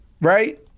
Right